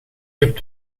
heb